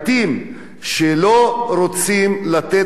שלא רוצים לתת להם חשמל,